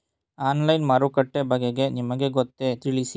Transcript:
Online ಮಾರುಕಟ್ಟೆ ಬಗೆಗೆ ನಿಮಗೆ ಗೊತ್ತೇ? ತಿಳಿಸಿ?